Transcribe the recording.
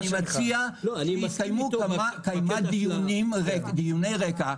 אני מציע שיתקיימו כמה דיוני רקע,